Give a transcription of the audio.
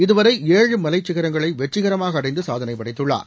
இதுவரை ஏழு மலைச்சிகரங்களை வெற்றிகரமாக அடைந்து சாதனை படைத்துள்ளார்